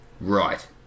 Right